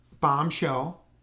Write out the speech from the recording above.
Bombshell